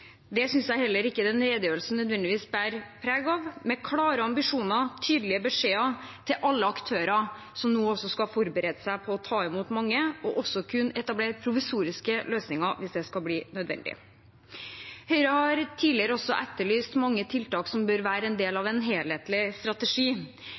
det synes jeg heller ikke redegjørelsen nødvendigvis bærer preg av – med klare ambisjoner og tydelige beskjeder til alle aktører som nå skal forberede seg på å ta imot mange, og som skal kunne etablere provisoriske løsninger hvis det blir nødvendig. Høyre har tidligere også etterlyst mange tiltak som bør være en del av